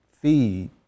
feed